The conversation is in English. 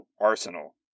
arsenal